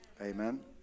Amen